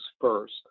first